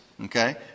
Okay